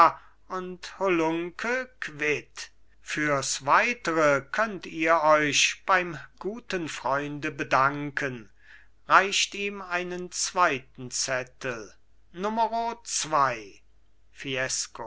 und hollunke quitt fürs weitere könnt ihr euch beim guten freunde bedanken reicht ihm einen zweiten zettel numero zwei